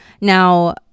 Now